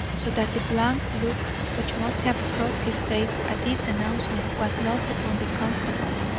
so that the blank look which must have crossed his face at this announcement was lost upon the constable.